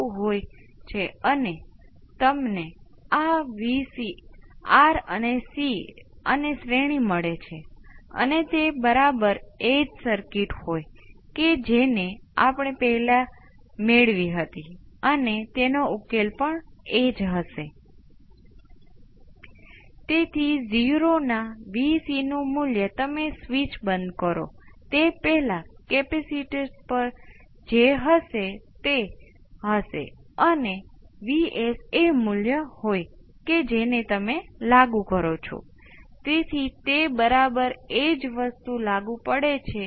તેથી હવે આપણે અચળ ઇનપુટ માટે પ્રથમ ઓર્ડર સર્કિટ હલ કરી છે અને એક્સપોનેનશીયલ ઇનપુટના કારણ માટે આ બે અલગ કેસ નથી જો હું s ને 0 ની સરખામણીમાં મુકું તો મને અન્ય 1 મળે છે તે સ્પષ્ટ છે કે જે જો હું s બરાબર 0 મૂકું તો આ છેદ 1 બની જશે અને મારી પાસે V p અને V0 exponential -t by R C છે